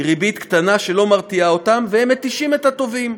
ריבית קטנה שלא מרתיעה אותם והם מתישים את התובעים.